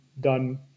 done